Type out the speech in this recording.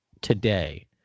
today